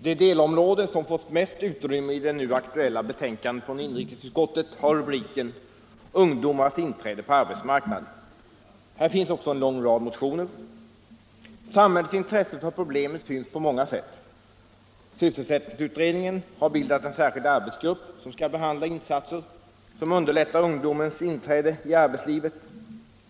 Det delområde som fått mest utrymme i det nu aktuella betänkandet från inrikesutskottet har rubriken Ungdomars inträde på arbetsmarknaden. Här finns också en lång rad motioner. Samhällets intresse för problemet syns på många sätt. Sysselsättningsutredningen har bildat en särskild arbetsgrupp för att behandla insatser som underlättar ungdomens inträde i arbetslivet.